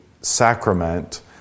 sacrament